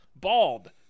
Bald